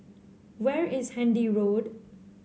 where is Handy Road